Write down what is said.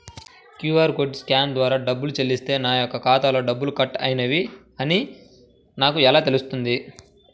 QR కోడ్ని scan ద్వారా డబ్బులు చెల్లిస్తే నా యొక్క ఖాతాలో డబ్బులు కట్ అయినవి అని నాకు ఎలా తెలుస్తుంది?